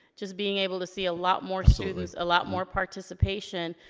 just being able to see a lot more students, a lot more participation,